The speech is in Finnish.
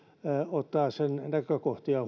ottaa sen näkökohtia